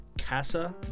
Casa